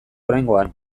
oraingoan